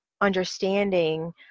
understanding